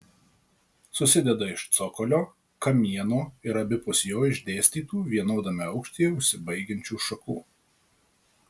susideda iš cokolio kamieno ir abipus jo išdėstytų vienodame aukštyje užsibaigiančių šakų